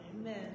Amen